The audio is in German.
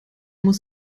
muss